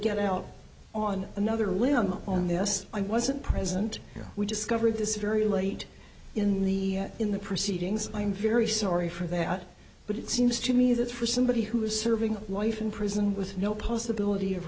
get out on another limb on this i wasn't present here we discovered this very late in the in the proceedings i'm very sorry for that but it seems to me that for somebody who is serving life in prison with no possibility of